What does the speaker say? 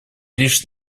лишь